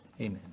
amen